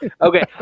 Okay